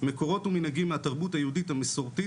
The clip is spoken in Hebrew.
מקורות ומנהגים מהתרבות היהודית המסורתית